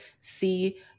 see